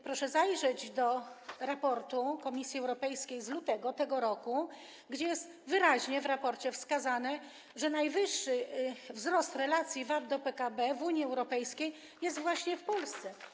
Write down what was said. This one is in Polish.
Proszę zajrzeć do raportu Komisji Europejskiej z lutego tego roku, gdzie jest wyraźnie wskazane, że najwyższy wzrost w relacji VAT do PKB w Unii Europejskiej jest właśnie w Polsce.